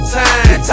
time